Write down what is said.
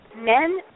men